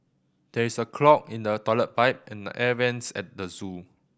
there is a clog in the toilet pipe and the air vents at the zoo